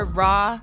raw